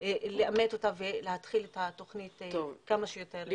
לאמת אותה ולהתחיל את התוכנית כמה שיותר מהר.